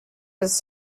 his